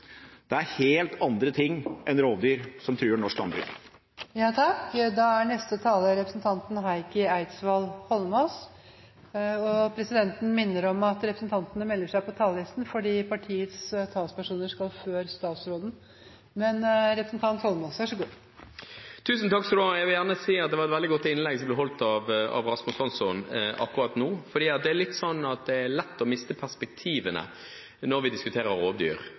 én ting helt tydelig: Det er helt andre ting enn rovdyr som truer norsk landbruk. Jeg vil gjerne si at det var et veldig godt innlegg som ble holdt av Rasmus Hansson akkurat nå, for det er sånn at det er lett å miste perspektivene når vi diskuterer rovdyr.